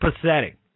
pathetic